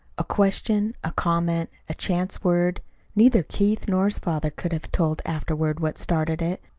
a question, a comment, a chance word neither keith nor his father could have told afterward what started it.